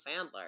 Sandler